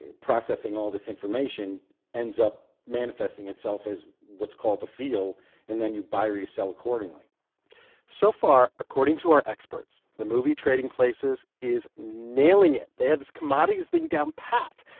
processing all this information ends up manifesting itself as what's called a feel and then you buy or you sell accordingly so far, according to our experts, the movie trading places is nailing it. they have this commodities thing down pat,